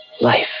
Life